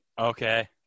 Okay